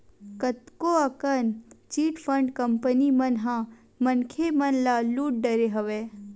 कतको अकन chit fund company मन ह मनखे मन ल लुट डरे हवय